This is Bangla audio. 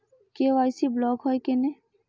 কে.ওয়াই.সি ব্লক হয় কেনে?